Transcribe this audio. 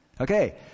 Okay